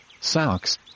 socks